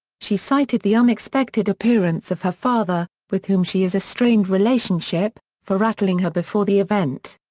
she cited the unexpected appearance of her father, with whom she has a strained relationship, for rattling her before the event.